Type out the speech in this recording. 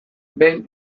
behin